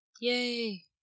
Yay